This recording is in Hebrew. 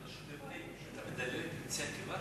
כי אם אתה שותה אתה מדלל את מיצי הקיבה,